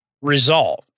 resolved